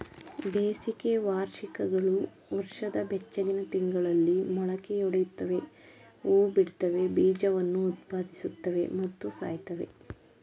ಬೇಸಿಗೆ ವಾರ್ಷಿಕಗಳು ವರ್ಷದ ಬೆಚ್ಚಗಿನ ತಿಂಗಳಲ್ಲಿ ಮೊಳಕೆಯೊಡಿತವೆ ಹೂಬಿಡ್ತವೆ ಬೀಜವನ್ನು ಉತ್ಪಾದಿಸುತ್ವೆ ಮತ್ತು ಸಾಯ್ತವೆ